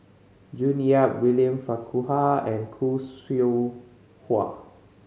June Yap William Farquhar and Khoo Seow Hwa